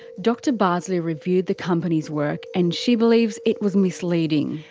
dr bardsley reviewed the company's work, and she believes it was misleading.